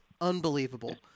unbelievable